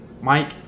Mike